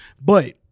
But-